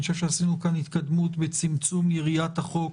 אני חושב שעשינו כאן התקדמות בצמצום יריעת החוק